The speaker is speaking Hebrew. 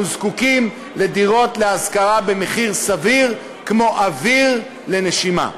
אנחנו זקוקים לדירות להשכרה במחיר סביר כמו אוויר לנשימה.